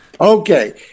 Okay